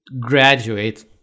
graduate